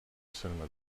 cinema